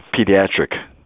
pediatric